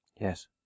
Yes